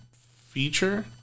feature